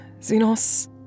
Xenos